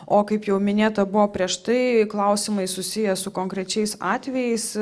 o kaip jau minėta buvo prieš tai klausimai susiję su konkrečiais atvejais